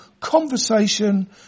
conversation